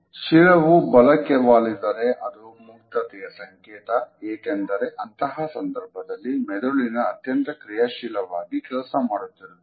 ಶಿರವು ಬಲಕ್ಕೆ ವಾಲಿದರೆ ಅದು ಮುಕ್ತತೆಯ ಸಂಕೇತ ಏಕೆಂದರೆ ಅಂತಹ ಸಂದರ್ಭದಲ್ಲಿ ಮೆದುಳಿನ ಅತ್ಯಂತ ಕ್ರಿಯಾಶೀಲವಾಗಿ ಕೆಲಸ ಮಾಡುತ್ತಿರುತ್ತದೆ